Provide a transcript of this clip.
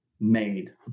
made